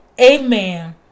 Amen